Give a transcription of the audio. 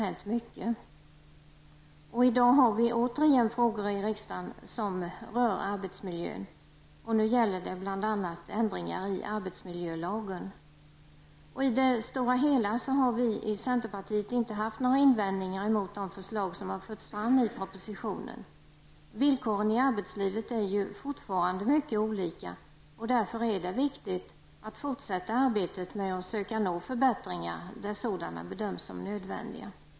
I dag har vi återigen frågor i riksdagen som rör arbetsmiljön. Nu gäller det bl.a. ändringar i arbetsmiljölagen. Centerpartiet har i det stora hela inte haft några invändningar mot de förslag som lagts fram i propositionen. Villkoren i arbetslivet är ju fortfarande mycket olika, och det är därför viktigt att fortsätta arbetet med att söka nå förbättringar där sådana bedöms som nödvändiga.